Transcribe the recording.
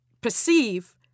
perceive